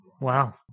Wow